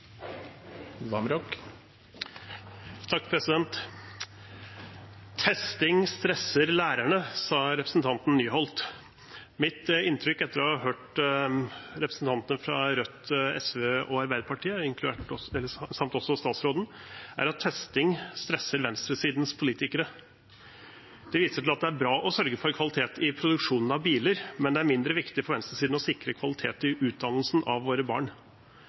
Testing stresser lærerne, sa representanten Nyholt. Mitt inntrykk etter å ha hørt representantene fra Rødt, SV og Arbeiderpartiet, samt statsråden, er at testing stresser venstresidens politikere. De viser til at det er bra å sørge for kvalitet i produksjonen av biler, men det er mindre viktig for venstresiden å sikre kvalitet i utdannelsen av våre barn.